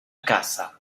casa